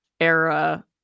era